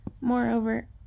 Moreover